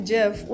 Jeff